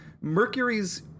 Mercury's